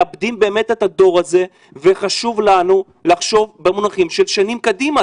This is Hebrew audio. אז אנחנו מאבדים את הדור הזה וחשוב לנו לחשוב במונחים של שנים קדימה,